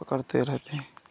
वे करते रहते हैं